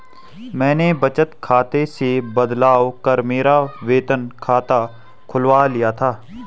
मैंने बचत खाते से बदलवा कर मेरा वेतन खाता खुलवा लिया था